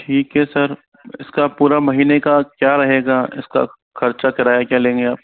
ठीक है सर इसका पूरा महीने का क्या रहेगा इसका खर्चा किराया क्या लेंगे आप